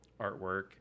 artwork